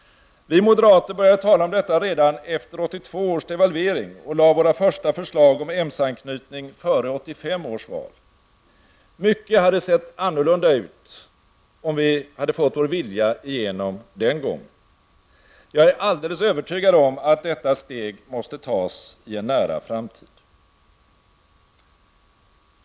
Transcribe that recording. Vi moderater började tala om detta redan efter 1982 års devalvering och lade våra första förslag om EMS-anknytning före 1985 års val. Mycket hade sett annorlunda ut om vi hade fått vår vilja igenom den gången. Jag är alldeles övertygad om att detta steg måste tas i en nära framtid.